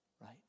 right